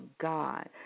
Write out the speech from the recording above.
God